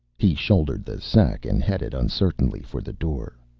he shouldered the sack and headed uncertainly for the door.